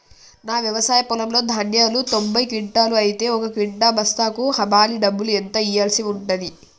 నా వ్యవసాయ పొలంలో ధాన్యాలు తొంభై క్వింటాలు అయితే ఒక క్వింటా బస్తాకు హమాలీ డబ్బులు ఎంత ఇయ్యాల్సి ఉంటది?